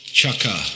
Chaka